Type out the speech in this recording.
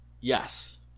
Yes